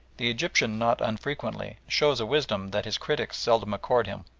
the egyptian not unfrequently shows a wisdom that his critics seldom accord him.